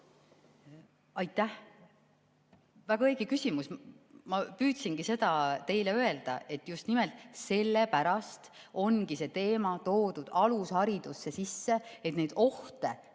Aitäh! Väga õige küsimus. Ma püüdsingi seda teile öelda, et just nimelt selle pärast ongi see teema toodud alusharidusse sisse, et neid ohte